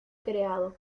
creado